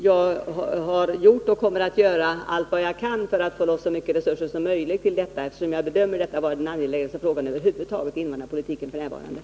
Jag har gjort och jag kommer att göra allt jag kan för att få loss så stora resurser som möjligt, eftersom jag bedömer detta vara den f. n. mest angelägna frågan när det gäller invandrarpolitiken över huvud taget.